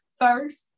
first